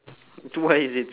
dude why is it sad